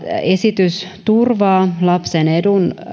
esitys turvaa lapsen edun